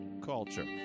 Culture